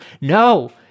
No